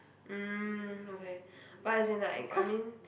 mm okay but as in like I mean